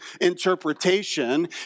interpretation